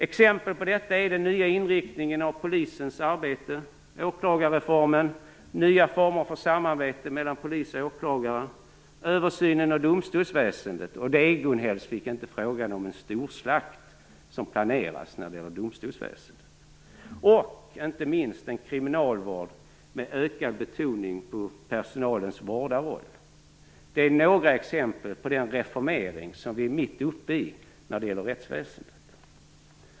Exempel på detta är den nya inriktningen av polisens arbete, åklagarreformen, nya former för samarbete mellan polis och åklagare, översynen av domstolsväsendet - det är inte fråga om att en storslakt planeras när det gäller domstolsväsendet, Gun Hellsvik - och inte minst kriminalvård med ökad betoning på personalens vårdarroll. Det är några exempel på den reformering som vi är mitt uppe i när det gäller rättsväsendet.